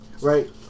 right